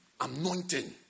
anointing